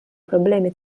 problemi